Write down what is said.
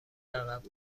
عقب